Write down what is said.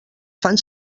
fan